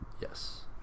Yes